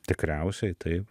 tikriausiai taip